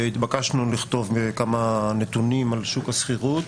התבקשנו לכתוב כמה נתונים על שוק השכירות.